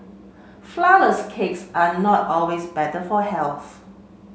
flourless cakes are not always better for health